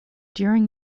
during